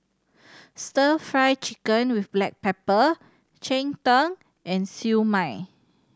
Stir Fry Chicken with black pepper cheng tng and Siew Mai